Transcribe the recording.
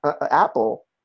apple